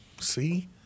See